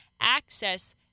access